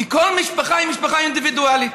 כי כל משפחה היא משפחה אינדיבידואלית.